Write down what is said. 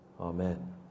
Amen